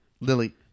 Lily